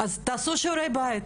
אז תעשו שיעורי בית,